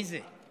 מי זה?